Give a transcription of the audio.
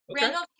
randolph